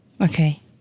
Okay